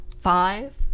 Five